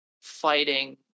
fighting